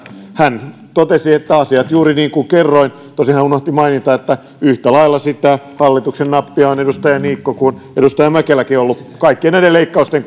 hän totesi että asiat ovat juuri niin kuin kerroin tosin hän unohti mainita että yhtä lailla sitä hallituksen nappia on niin edustaja niikko kuin edustaja mäkeläkin ollut kaikkien näiden leikkausten